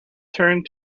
turned